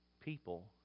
people